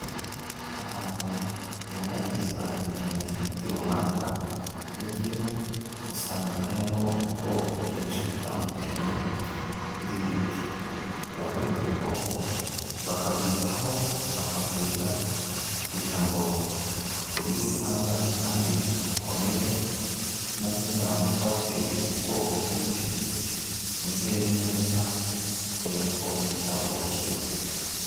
Ahantu hatunganyirizwa ingemwe z'ibiti runaka, iyo ugiyemo usanga harimo ubwoko bwinshi butandukanye bw'ibiti, buba mu bihoho, bakabwitaho, bakabwuhira, kugira ngo bugire ubudahangarwa kandi bukomere, maze nibaramuka bateye ubwo bwoko bw'ibiti, buzere neza kubera ko byitweho bukiri buto.